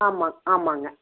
ஆமாம் ஆமாங்க